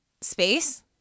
space